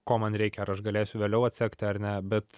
ko man reikia ar aš galėsiu vėliau atsekti ar ne bet